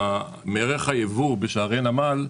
הייבוא בשערי הנמל.